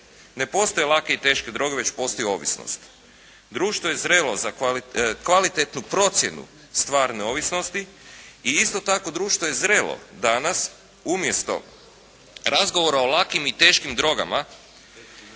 Ne postoje lake i teške droge već postoji ovisnost. Društvo je zrelo za kvalitetnu procjenu stvarne ovisnosti i isto tako društvo je zrelo danas umjesto razgovora o lakim i teškim drogama